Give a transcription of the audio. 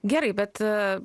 gerai bet